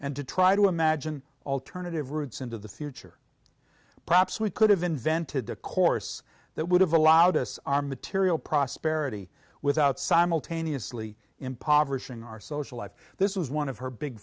and to try to imagine alternative routes into the future perhaps we could have invented a course that would have allowed us our material prosperity without simultaneously impoverishing our social life this was one of her big